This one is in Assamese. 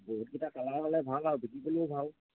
বহুতকেইটা কালাৰ হ'লে ভাল আৰু বিকিবলৈয়ো ভাল